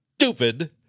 stupid